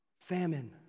Famine